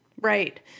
Right